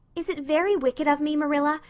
is it very wicked of me, marilla,